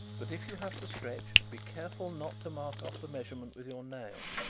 but if you have to stretch be careful not to mark off the measurement with your nail,